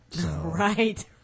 Right